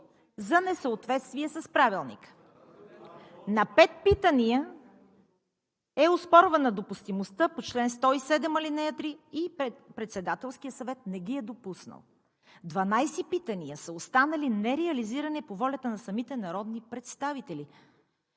за несъответствие с Правилника. На 5 питания е оспорвана допустимостта по чл. 107, ал. 3 и Председателският съвет не ги е допуснал. Дванадесет питания са останали нереализирани по волята на самите народни представители,